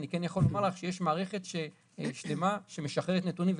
אני כן יכול לומר לך שיש מערכת שלמה שמשחררת נתונים,